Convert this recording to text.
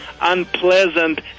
unpleasant